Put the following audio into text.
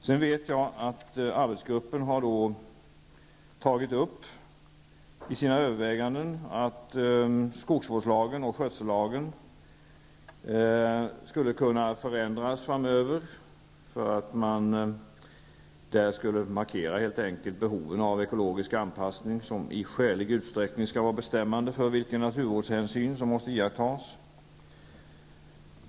Sedan vet jag att arbetsgruppen har tagit upp i sina överväganden att skogsvårdslagen och skötsellagen skulle kunna förändras framöver, för att man helt enkelt skulle markera att behoven av ekologisk anpassning i skälig utsträckning skall vara bestämmande för vilken naturvårdshänsyn som måste iakttas.